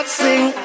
sing